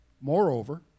Moreover